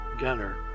Gunner